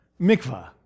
mikvah